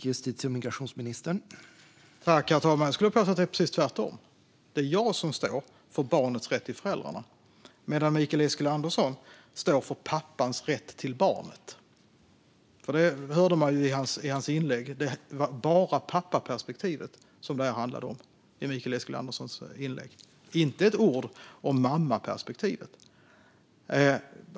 Herr talman! Jag skulle vilja påstå att det är precis tvärtom och att det är jag som står för barnets rätt till föräldrarna, medan Mikael Eskilandersson står för pappans rätt till barnet. Man hörde i hans anförande att det bara handlade om pappaperspektivet. Det var inte ett ord om mammaperspektivet.